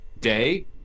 day